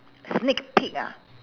sneak peek ah